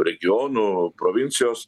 regionų provincijos